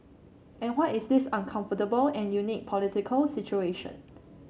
and what is this uncomfortable and unique political situation